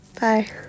Bye